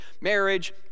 marriage